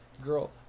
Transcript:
Girl